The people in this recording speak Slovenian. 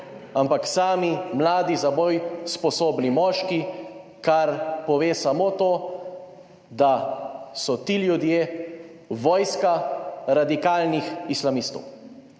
ampak sami mladi za boj sposobni moški, kar pove samo to, da so ti ljudje vojska radikalnih islamistov.